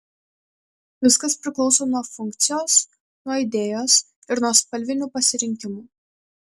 viskas priklauso nuo funkcijos nuo idėjos ir nuo spalvinių pasirinkimų